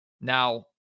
Now